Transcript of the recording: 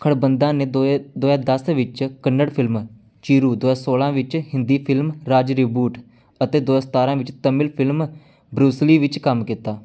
ਖਰਬੰਦਾ ਨੇ ਦੋਏ ਦੋ ਹਜ਼ਾਰ ਦਸ ਵਿੱਚ ਕੰਨੜ ਫ਼ਿਲਮ ਚਿਰੂ ਦੋ ਹਜ਼ਾਰ ਸੋਲਾਂ ਵਿੱਚ ਹਿੰਦੀ ਫ਼ਿਲਮ ਰਾਜ ਰਿਬੂਟ ਅਤੇ ਦੋ ਹਜ਼ਾਰ ਸਤਾਰਾਂ ਵਿੱਚ ਤਾਮਿਲ ਫ਼ਿਲਮ ਬਰੂਸਲੀ ਵਿੱਚ ਕੰਮ ਕੀਤਾ